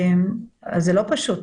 זה לא פשוט.